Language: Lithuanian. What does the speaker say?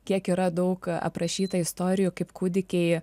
kiek yra daug aprašytą istorijų kaip kūdikiai